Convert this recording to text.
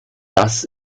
das